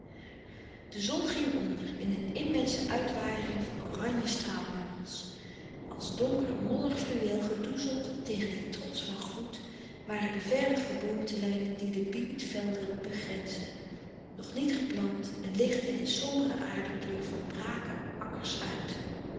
de zon ging onder in een immense uitwaaiering van oranje straalbundels als donker mollig fluweel gedoezeld tegen dien trots van louis couperus de stille kracht gloed waren de verre geboomtelijnen die de bibitvelden begrensden nog niet beplant en liggende in sombere aarde kleur van brake akkers uit